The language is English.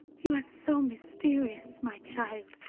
you are so mysterious, my child.